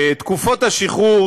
תקופות השחרור,